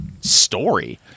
story